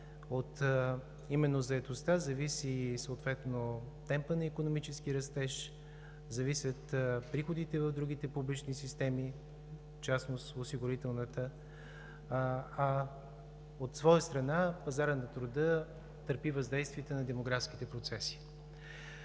Именно от заетостта зависи темпът на икономически растеж, зависят приходите в другите публични системи – в частност осигурителната, а, от своя страна, пазарът на труда търпи въздействията на демографските процеси.